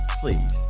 please